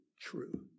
true